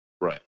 Right